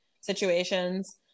situations